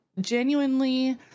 genuinely